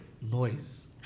noise